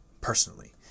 personally